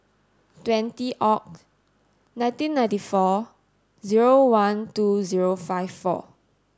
twenty Oct nineteen ninety four zero one two zero five four